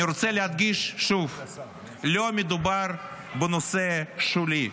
אני רוצה להדגיש שוב: לא מדובר בנושא שולי.